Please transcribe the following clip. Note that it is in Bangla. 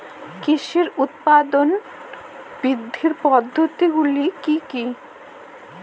কৃষির উৎপাদন বৃদ্ধির পদ্ধতিগুলি কী কী?